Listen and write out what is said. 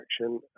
action